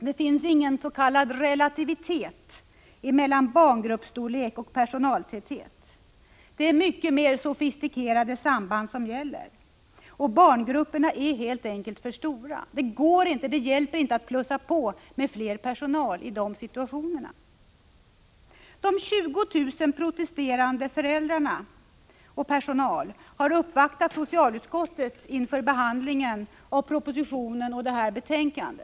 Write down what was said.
Det finns ingen s.k. relativitet mellan barngruppsstorlek och personaltäthet. Det är mycket mer sofistikerade samband som gäller. Barngrupperna är helt enkelt för stora. Det hjälper inte att plussa på med mer personal i de situationerna. De 20 000 protesterande föräldrarna och personalen har uppvaktat socialutskottet inför behandlingen av propositionen och detta betänkande.